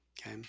okay